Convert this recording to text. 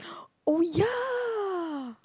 oh ya